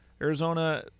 Arizona